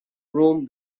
room